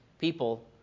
people